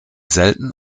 selten